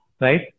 Right